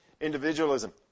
Individualism